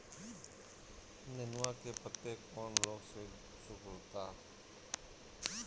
नेनुआ के पत्ते कौने रोग से सिकुड़ता?